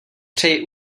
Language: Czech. přeji